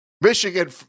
Michigan